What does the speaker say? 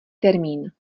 termín